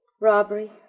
Robbery